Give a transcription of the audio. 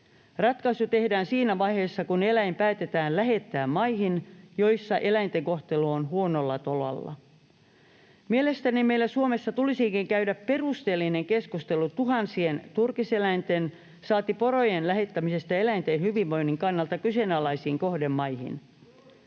Ratkaisu tehdään siinä vaiheessa, kun eläin päätetään lähettää maahan, jossa eläinten kohtelu on huonolla tolalla. Mielestäni meillä Suomessa tulisikin käydä perusteellinen keskustelu tuhansien tur-kiseläinten saati porojen lähettämisestä eläinten hyvinvoinnin kannalta kyseenalaisiin kohdemaihin.